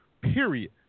period